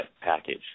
package